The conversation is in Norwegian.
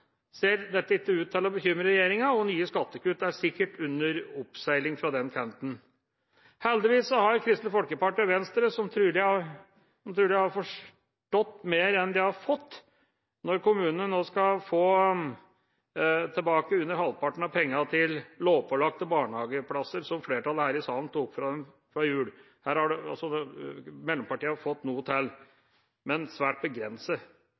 nye skattekutt er sikkert under oppseiling fra den kanten. Heldigvis har Kristelig Folkeparti og Venstre – som jeg tror har forstått mer enn de har fått når kommunene nå skal få tilbake under halvparten av pengene til lovpålagte barnehageplasser, som flertallet her i salen tok fra dem før jul – noe har mellompartiene fått, men svært begrenset, begrunnet i en etter hvert dokumentert villfarelse om at utvidelse av kontantstøtteordninga skulle gi grunn til